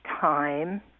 time